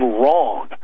wrong